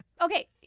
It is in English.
Okay